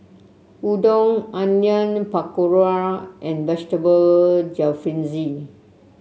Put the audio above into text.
Udon Onion Pakora and Vegetable Jalfrezi